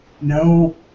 no